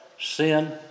sin